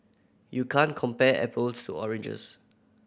you can't compare apples to oranges